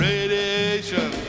Radiation